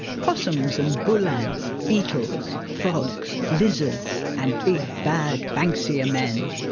possums and bullants, beetles, frogs, lizards and big bad banksia men.